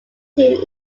him